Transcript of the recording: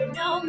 no